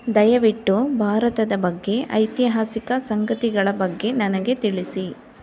ದಯವಿಟ್ಟು ಭಾರತದ ಬಗ್ಗೆ ಐತಿಹಾಸಿಕ ಸಂಗತಿಗಳ ಬಗ್ಗೆ ನನಗೆ ತಿಳಿಸಿ